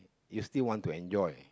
you still want to enjoy